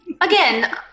Again